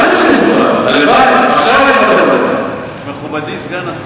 בוא תעלה ותגיד: אני מוכן שכל 7.5 המיליארד יעברו